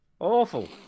Awful